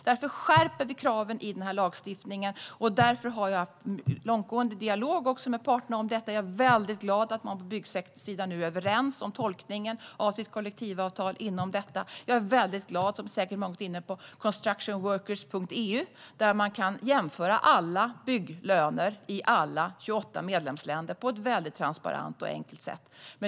Därför skärper vi kraven i den här lagstiftningen, och därför har jag också haft en långtgående dialog med parterna om detta. Jag är väldigt glad att man från byggsektorns sida nu är överens om tolkningen av sitt kollektivavtal inom detta. Jag är väldigt glad över constructionworkers.eu, där man kan jämföra alla bygglöner i alla 28 medlemsländer på ett väldigt transparent och enkelt sätt.